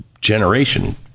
generation